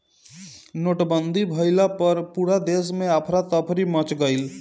नोटबंदी भइला पअ पूरा देस में अफरा तफरी मच गईल